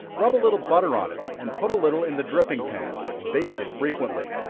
rub a little butter on it, and put a little in the dripping pan baste it frequently.